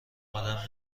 آدم